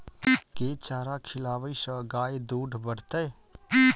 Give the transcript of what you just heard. केँ चारा खिलाबै सँ गाय दुध बढ़तै?